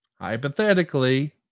Hypothetically